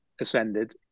ascended